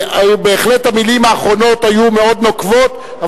בהחלט המלים האחרונות היו מאוד נוקבות,